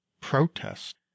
protest